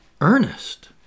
Ernest